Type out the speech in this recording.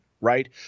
right